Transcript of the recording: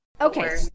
okay